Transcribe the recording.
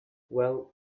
well